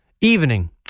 evening